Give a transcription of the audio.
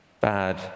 bad